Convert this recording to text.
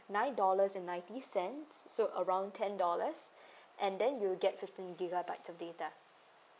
nine dollars and ninety cents so around ten dollars and then you'll get fifteen gigabytes of data